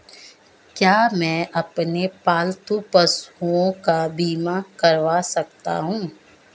क्या मैं अपने पालतू पशुओं का बीमा करवा सकता हूं?